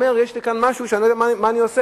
אומר: יש לי כאן משהו ואני לא יודע מה אני עושה,